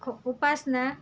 ખ ઉપાસના